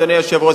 אדוני היושב-ראש,